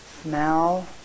Smell